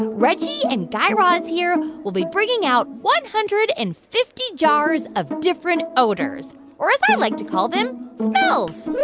reggie and guy raz here will be bringing out one hundred and fifty jars of different odors or as we like to call them, smells